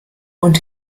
und